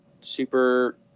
super